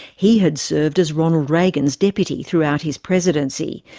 he had served as ronald reagan's deputy throughout his presidency,